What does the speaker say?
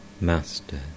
Master